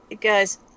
guys